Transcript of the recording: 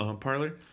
parlor